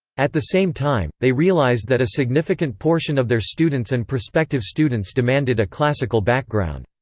at the same time, they realized that a significant portion of their students and prospective students demanded a classical background.